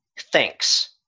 Thanks